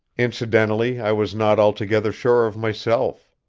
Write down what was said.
incidentally i was not altogether sure of myself,